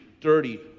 dirty